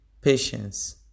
Patience